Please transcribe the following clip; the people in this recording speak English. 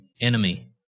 enemy